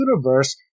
universe